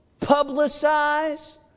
publicize